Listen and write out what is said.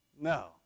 No